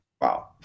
Wow